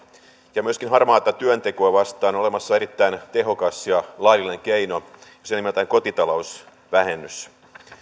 ja myöskin harmaata työntekoa vastaan on olemassa erittäin tehokas ja laillinen keino ja se on nimeltään kotitalousvähennys